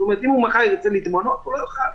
כלומר, אם הוא מחר ירצה להתמנות, הוא לא יוכל.